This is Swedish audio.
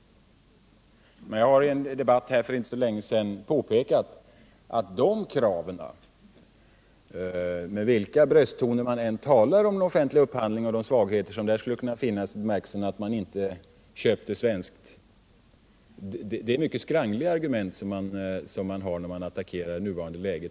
Men jag har i en debatt här för inte länge sedan påpekat, att med vilka brösttoner man än talar om den offentliga upphandlingen och de svårigheter som där skulle kunna finnas i bemärkelsen att man inte köpte svenskt, så är det mycket skrangliga argument man har när man attackerar det nuvarande läget.